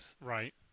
right